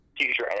future